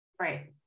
Right